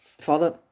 Father